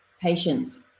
patients